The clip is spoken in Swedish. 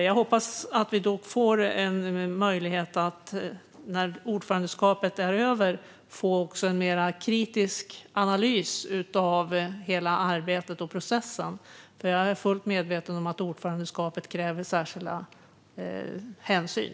Jag hoppas att vi när ordförandeskapet är över får möjlighet till en mer kritisk analys av hela arbetet och processen. Jag är fullt medveten om att ordförandeskapet kräver särskilda hänsyn.